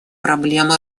проблем